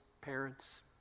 parents